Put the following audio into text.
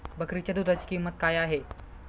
बकरीच्या दूधाची किंमत काय आहे?